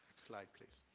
slide, please.